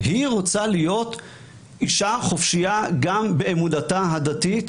היא רוצה להיות אישה חופשיה גם באמונתה הדתית,